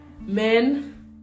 Men